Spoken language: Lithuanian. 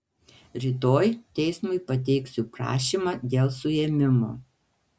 rytoj teismui pateiksiu prašymą dėl suėmimo